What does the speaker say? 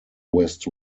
west